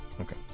Okay